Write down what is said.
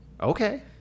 okay